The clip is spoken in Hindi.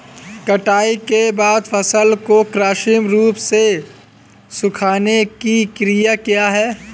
कटाई के बाद फसल को कृत्रिम रूप से सुखाने की क्रिया क्या है?